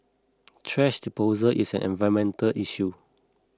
thrash disposal is an environmental issue